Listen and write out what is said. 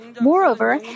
Moreover